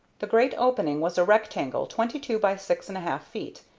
the great opening was a rectangle twenty-two by six and a half feet,